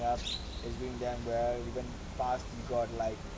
up it's doing damn well even past we got like